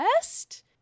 best